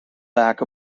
back